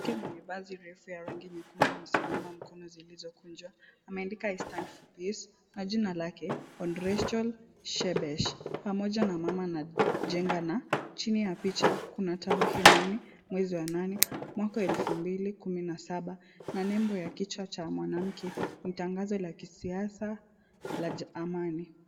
Mwanamke mwenye vazi refu ya rangi nyekundu amesimama mkono zilizokunjwa ameandika I stand for peace . Majina lake Hon. Racheal Shebesh pamoja na mama na jenga na. Chini ya picha kuna tarehe nane mwezi wa nane mwaka wa elfu mbili kumi na saba na nembo ya kichwa cha mwanamke ni tangazo la kisiasa la amani.